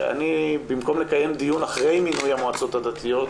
במקום לקיים דיון אחרי מינוי המועצות הדתיות,